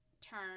turn